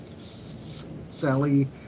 Sally